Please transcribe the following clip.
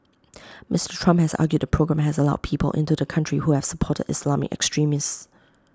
Mister Trump has argued the programme has allowed people into the country who have supported Islamic extremists